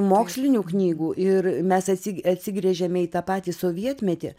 mokslinių knygų ir mes atsigręžiame į tą patį sovietmetį